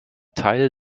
teil